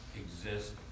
exist